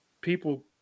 people